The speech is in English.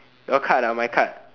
your card or my card